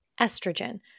estrogen